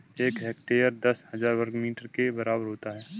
एक हेक्टेयर दस हजार वर्ग मीटर के बराबर होता है